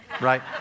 right